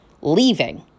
leaving